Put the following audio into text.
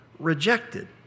rejected